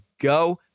go